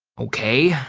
okay,